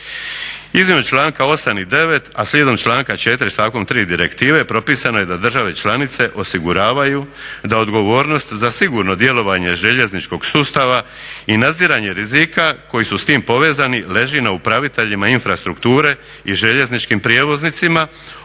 razumije./… članka 8. i 9. a slijedom članka 4. stavkom 3. Direktive propisano je da države članice osiguravaju da odgovornost za sigurno djelovanje željezničkog sustava i nadziranje rizika koji su s time povezani leži na upraviteljima infrastrukture i željezničkim prijevoznicima